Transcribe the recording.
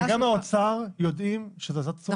וגם האוצר יודעים שזאת הצעת חוק טובה שצריכה לעבור.